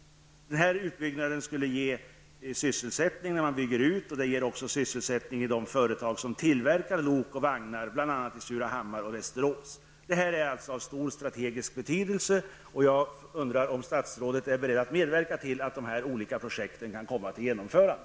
Denna utbyggnad skulle ge sysselsättning när man bygger ut. Den skulle också ge sysselsättning i de företag som tillverkar lok och vagnar, bl.a. i Surahammar och Västerås. Detta är alltså av stor strategisk betydelse. Jag undrar om statsrådet är beredd att medverka till att dessa olika projekt genomförs.